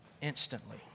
Instantly